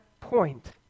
point